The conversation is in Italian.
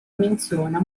menziona